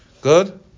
Good